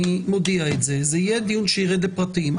אני מודיע שזה יהיה דיון שירד לפרטים.